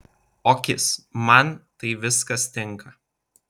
okis man tai viskas tinka